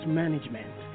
management